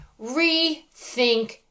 rethink